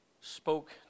spoke